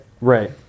Right